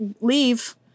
leave